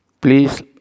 Please